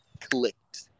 clicked